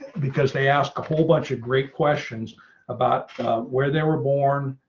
because they asked a whole bunch of great questions about where they were born,